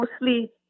mostly